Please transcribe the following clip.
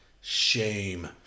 shame